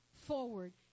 forward